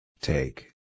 Take